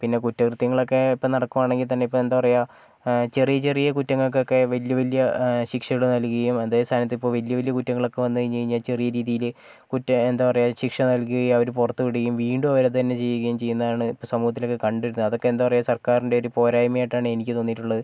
പിന്നെ കുറ്റകൃത്യങ്ങളൊക്കെ ഇപ്പോൾ നടക്കുവാണെങ്കിൽ തന്നെ ഇപ്പോൾ എന്താണ് പറയുക ചെറിയ ചെറിയ കുറ്റങ്ങൾക്കൊക്കെ വലിയ വലിയ ശിക്ഷകൾ നൽകുകയും അതേ സ്ഥാനത്ത് ഇപ്പോൾ വലിയ വലിയ കുറ്റങ്ങളൊക്കെ വന്നുകഴിഞ്ഞ് കഴിഞ്ഞാൽ ചെറിയ രീതിയിൽ കുറ്റ എന്താണ് പറയുക ശിക്ഷ നൽകുകയും അവരെ പുറത്ത് വിടുകയും വീണ്ടും അവർ അതുതന്നെ ചെയ്യുകയും ചെയ്യുന്നതാണ് സമൂഹത്തിലൊക്കെ കണ്ടുവരുന്നത് അതൊക്കെ എന്താണ് പറയുക സർക്കാരിൻ്റെ പോരായ്മയായിട്ടാണ് എനിക്ക് തോന്നിയിട്ടുള്ളത്